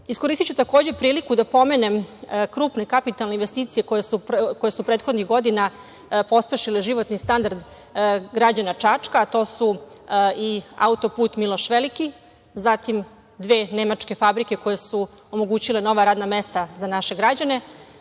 privredi. Iskoristiću takođe priliku da pomenem krupne kapitalne investicije koje su prethodnih godina pospešile životni standard građana Čačka, a to su i auto-put „Miloš Veliki“, zatim dve nemačke fabrike koje su omogućile nova radna mesta za naše građane,